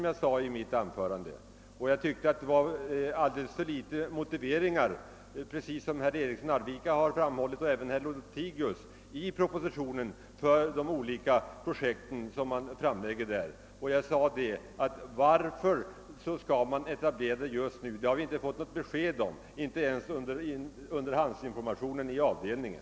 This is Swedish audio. Jag tyckte nämligen att detta var alldeles för litet motiverat, vilket även herr Eriksson i Arvika och herr Lothigius framhållit. Jag har frågat varför man skall etablera företaget just nu, och på den frågan har vi inte fått något svar och fick det inte heller vid underhandsinformationen i avdelningen.